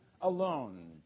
alone